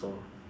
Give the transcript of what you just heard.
so